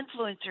Influencers